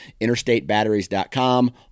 interstatebatteries.com